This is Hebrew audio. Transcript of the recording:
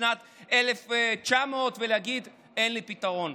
משנת 1900 ולהגיד: אין לי פתרון.